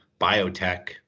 biotech